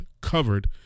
covered